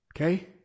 Okay